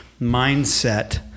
mindset